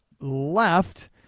left